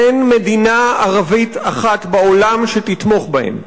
אין מדינה ערבית אחת בעולם שתתמוך בהם,